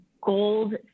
gold